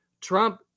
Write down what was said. Trump